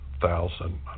thousand